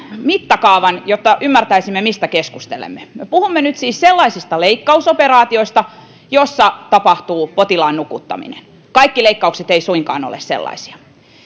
mittakaavan että ymmärtäisimme mistä keskustelemme me puhumme nyt siis sellaisista leikkausoperaatioista joissa tapahtuu potilaan nukuttaminen kaikki leikkaukset eivät suinkaan ole sellaisia